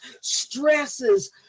stresses